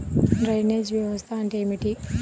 Drainage వ్యవస్థ అంటే ఏమిటి?